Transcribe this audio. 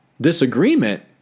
disagreement